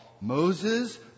Moses